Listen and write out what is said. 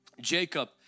Jacob